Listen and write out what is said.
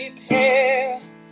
repair